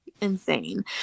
insane